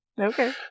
Okay